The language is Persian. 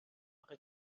آخه